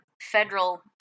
Federal